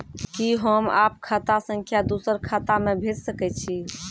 कि होम आप खाता सं दूसर खाता मे भेज सकै छी?